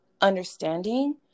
understanding